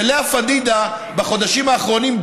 ולאה פדידה בחודשים האחרונים,